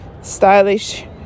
stylish